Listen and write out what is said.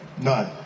None